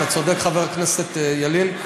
אתה צודק, חבר הכנסת ילין.